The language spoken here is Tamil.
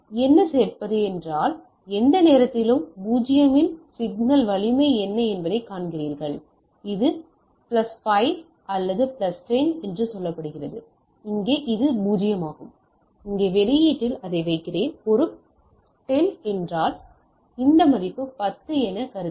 என்ன சேர்ப்பது என்றால் எந்த நேரத்திலும் 0 இல் சிக்னல் வலிமை என்ன என்பதை காண்கிறீர்கள் இங்கே இது பிளஸ் 5 அல்லது பிளஸ் 10 என்று சொல்லப்படுகிறது இங்கே இது 0 ஆகும் இங்கே வெளியீட்டில் இதை வைக்கிறேன் ஒரு 10 என்றால் இந்த மதிப்பு 10 எனக் கருதினால்